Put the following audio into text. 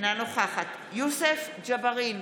אינה נוכחת יוסף ג'בארין,